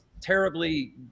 terribly